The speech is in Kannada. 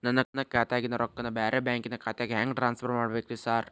ನನ್ನ ಖಾತ್ಯಾಗಿನ ರೊಕ್ಕಾನ ಬ್ಯಾರೆ ಬ್ಯಾಂಕಿನ ಖಾತೆಗೆ ಹೆಂಗ್ ಟ್ರಾನ್ಸ್ ಪರ್ ಮಾಡ್ಬೇಕ್ರಿ ಸಾರ್?